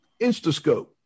instascope